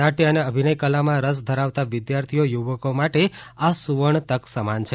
નાટ્ય અને અભિનય કલામાં રસ ધરાવતા વિદ્યાર્થીઓ યુવકો માટે આ સુવર્ણ તક સમાન છે